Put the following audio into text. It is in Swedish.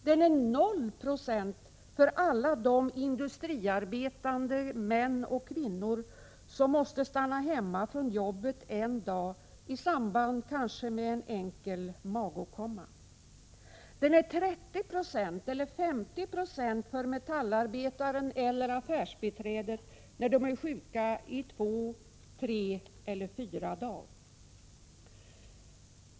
Den är 0 26 för alla de industriarbetande män och kvinnor som måste stanna hemma från jobbet en dag, kanske i samband med en enkel magåkomma. Den är 30 96 eller 50 96 för metallarbetaren eller affärsbiträdet när de är sjuka i två, tre eller fyra dagar.